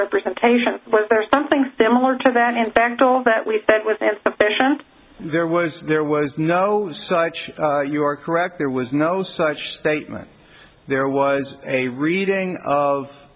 misrepresentation was there something similar to that in fact all that we said was that there was there was no such you're correct there was no such statement there was a reading of